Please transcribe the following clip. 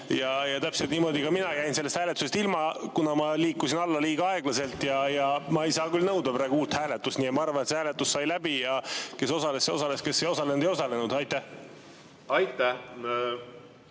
sai läbi ja niimoodi ka mina jäin sellest hääletusest ilma, kuna ma liikusin alla liiga aeglaselt. Ma ei saa küll nõuda praegu uut hääletust ja ma arvan, et see hääletus sai läbi ja kes osales, see osales, kes ei osalenud, ei osalenud. Aitäh,